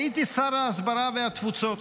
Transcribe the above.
הייתי שר ההסברה והתפוצות